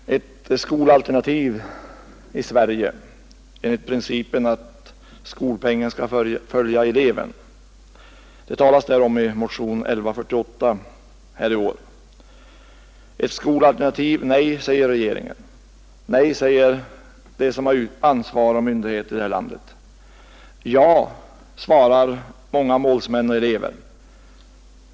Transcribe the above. Herr talman! Ett skolalternativ i Sverige enligt principen att skolpengen skall följa eleven, som det talas om i motionen 1148 i år: Nej, säger regeringen och de ansvariga myndigheterna i landet. Ja, säger många målsmän och elever.